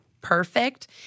perfect